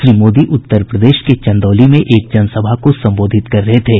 श्री मोदी उत्तर प्रदेश के चंदोली में एक जनसभा को संबोधित कर रहे थे